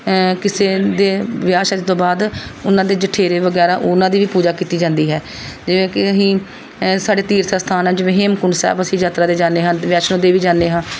ਕਿਸੇ ਦੇ ਵਿਆਹ ਸ਼ਾਦੀ ਤੋਂ ਬਾਅਦ ਉਹਨਾਂ ਦੇ ਜਠੇਰੇ ਵਗੈਰਾ ਉਹਨਾਂ ਦੀ ਵੀ ਪੂਜਾ ਕੀਤੀ ਜਾਂਦੀ ਹੈ ਜਿਵੇਂ ਕਿ ਅਸੀਂ ਸਾਡੇ ਤੀਰਥ ਅਸਥਾਨ ਹੈ ਜਿਵੇਂ ਹੇਮਕੁੰਟ ਸਾਹਿਬ ਅਸੀਂ ਯਾਤਰਾ 'ਤੇ ਜਾਂਦੇ ਹਨ ਅਤੇ ਵੈਸ਼ਨੋ ਦੇਵੀ ਜਾਂਦੇ ਹਾਂ